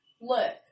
Look